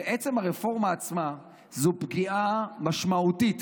ועצם הרפורמה עצמה זו פגיעה משמעותית